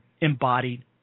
embodied